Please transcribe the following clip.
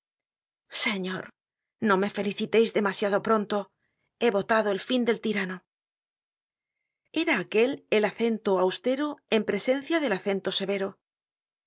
señor no me feliciteis demasiado pronto he votado el fin del tirano era aquel el acento austero en presencia del acento severo qué